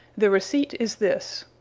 the receipt is this.